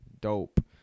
dope